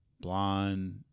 blonde